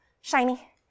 shiny